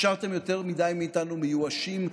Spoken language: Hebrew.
השארתם יותר מדי מאיתנו מיואשים.